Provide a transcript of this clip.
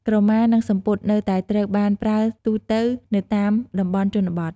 ក្រមានិងសំពត់នៅតែត្រូវបានប្រើទូទៅនៅតាមតំបន់ជនបទ។